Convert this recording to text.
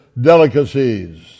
delicacies